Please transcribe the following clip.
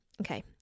okay